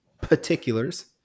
particulars